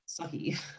sucky